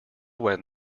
when